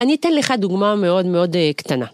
אני אתן לך דוגמה מאוד מאוד קטנה.